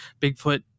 Bigfoot